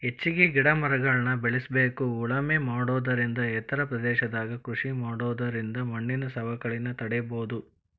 ಹೆಚ್ಚಿಗಿ ಮರಗಿಡಗಳ್ನ ಬೇಳಸ್ಬೇಕು ಉಳಮೆ ಮಾಡೋದರಿಂದ ಎತ್ತರ ಪ್ರದೇಶದಾಗ ಕೃಷಿ ಮಾಡೋದರಿಂದ ಮಣ್ಣಿನ ಸವಕಳಿನ ತಡೇಬೋದು